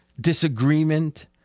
disagreement